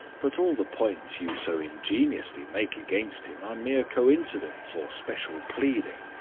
but all the points you so ingeniously make against him are mere coincidence or special pleading.